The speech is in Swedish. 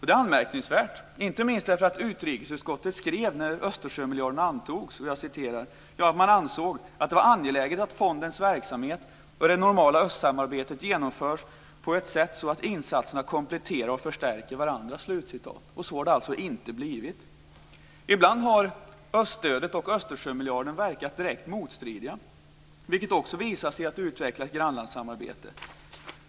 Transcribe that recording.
Det är anmärkningsvärt inte minst därför att utrikesutskottet när förslaget om Östersjömiljarden antogs skrev att man ansåg att det var angeläget att fondens verksamhet och det normala östsamarbetet genomförs på ett sätt så att insatserna kompletterar och förstärker varandra. Så har det alltså inte blivit. Ibland har öststödet och Östersjömiljarden varit direkt motstridiga, vilket också visas i Att utveckla ett grannlandssamarbete.